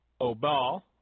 Obal